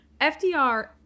FDR